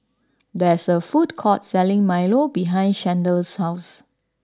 there is a food court selling Milo behind Chandler's house